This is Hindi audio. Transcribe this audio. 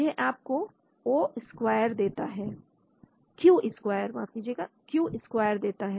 यह आपको क्यू स्क्वायर देता है